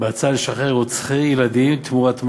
בהחלטה לשחרר רוצחי ילדים, תמורת מה?